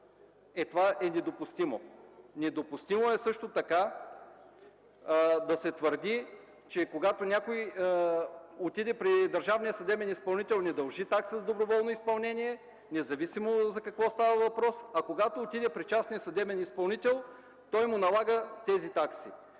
– това е недопустимо. Недопустимо е също така да се твърди, че когато някой отиде при държавния съдебен изпълнител не дължи такса доброволно изпълнение, независимо за какво става въпрос, а когато отиде при частния съдебен изпълнител, той му налага тези такси.